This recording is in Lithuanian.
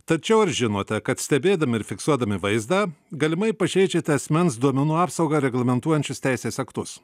tačiau ar žinote kad stebėdami ir fiksuodami vaizdą galimai pažeidžiate asmens duomenų apsaugą reglamentuojančius teisės aktus